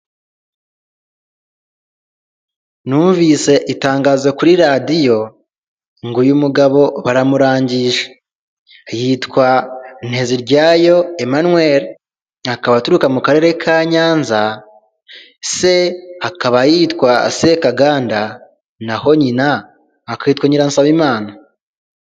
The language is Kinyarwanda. Numvise itangazo kuri radiyo ngo uyu mugabo baramurangije yitwa Nteziryayo emanuweli akaba aturuka mu karere ka Nyanza se akaba yitwa Sekaganda, naho nyina akitwa Nyiransabimana.